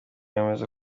yemeza